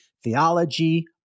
theology